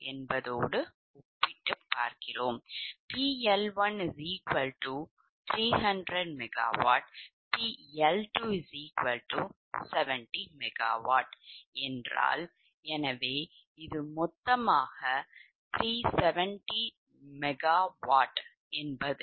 PL1300MWPL270MW எனவே மொத்தம் 370 MW